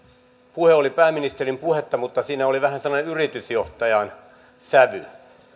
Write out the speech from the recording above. puhe oli pääministerin puhetta mutta siinä oli vähän sellainen yritysjohtajan sävy